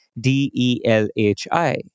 D-E-L-H-I